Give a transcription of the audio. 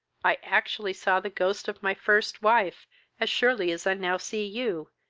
i actually saw the ghost of my first wife as surely as i now see you,